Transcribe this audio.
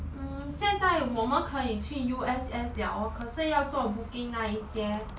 mm 现在我们可以去 U_S_S 了 lor 可是要做 booking 那一些